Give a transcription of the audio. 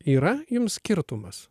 yra jum skirtumas